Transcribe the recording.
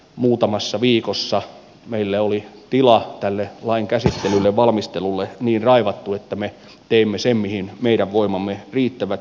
muutamassa viikossa meille oli tila tälle lain käsittelylle ja valmistelulle niin raivattu että me teimme sen mihin meidän voimamme riittävät